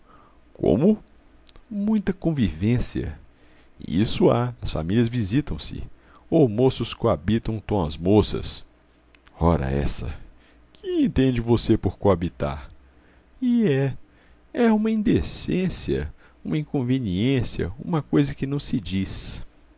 como muita convivência isso há as famílias visitam se ou moços coabitam tom as moças ora essa que entende você por coabitar e é é uma indecência uma inconveniência uma coisa que não se diz